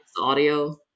audio